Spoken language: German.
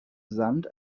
sand